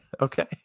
Okay